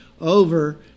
Over